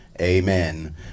amen